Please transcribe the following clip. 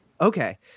Okay